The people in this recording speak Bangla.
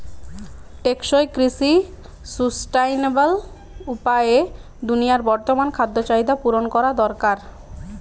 টেকসই কৃষি সুস্টাইনাবল উপায়ে দুনিয়ার বর্তমান খাদ্য চাহিদা পূরণ করা দরকার